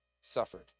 suffered